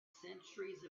centuries